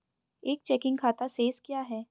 एक चेकिंग खाता शेष क्या है?